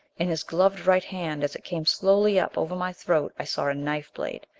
in his gloved right hand as it came slowly up over my throat i saw a knife blade,